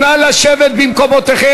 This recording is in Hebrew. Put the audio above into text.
לשבת במקומך.